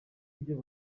ibyo